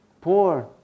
Poor